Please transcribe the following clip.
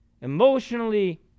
emotionally